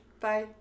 Bye